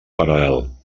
paral·lel